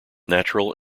natural